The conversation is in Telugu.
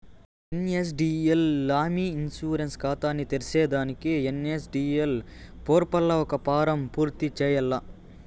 ఎన్.ఎస్.డి.ఎల్ లా మీ ఇన్సూరెన్స్ కాతాని తెర్సేదానికి ఎన్.ఎస్.డి.ఎల్ పోర్పల్ల ఒక ఫారం పూర్తి చేయాల్ల